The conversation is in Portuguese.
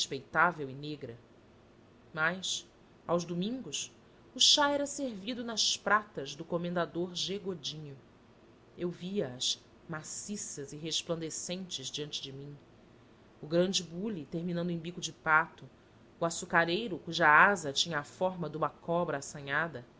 e negra mas aos domingos o chá era servido nas pratas do comendador g godinho eu via as maciças e resplandecentes diante de mim o grande bule terminando em bico de pato o açucareiro cuja asa tinha a forma de uma cobra assanhada